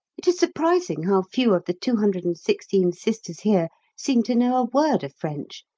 it is surprising how few of the two hundred and sixteen sisters here seem to know a word of french.